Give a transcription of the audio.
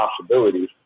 possibilities